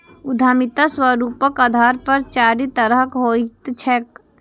उद्यमिता स्वरूपक आधार पर चारि तरहक होइत छैक